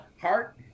heart